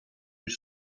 bir